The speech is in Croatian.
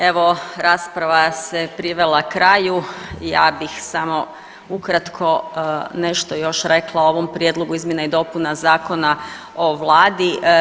Evo rasprava se privela kraju, ja bih samo ukratko nešto još rekla o ovom prijedlogu izmjena i dopuna Zakona o vladi.